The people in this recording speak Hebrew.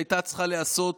שהייתה צריכה להיעשות